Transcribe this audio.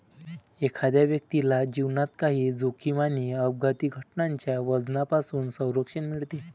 एखाद्या व्यक्तीला जीवनात काही जोखीम आणि अपघाती घटनांच्या वजनापासून संरक्षण मिळते